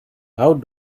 how